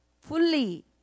fully